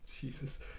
Jesus